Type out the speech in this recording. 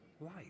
light